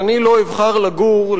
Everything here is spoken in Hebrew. שאני לא אבחר לגור,